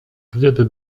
gdyby